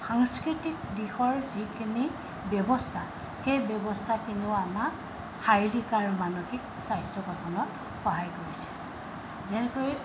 সাংস্কৃতিক দিশৰ যিখিনি ব্যৱস্থা সেই ব্যৱস্থাখিনিও আমাক শাৰীৰিক আৰু মানসিক স্বাস্থ্য গঠনত সহায় কৰিছে যেনেকৈ